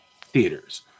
theaters